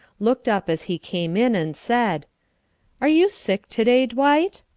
looked up as he came in, and said are you sick to-day, dwight?